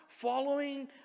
following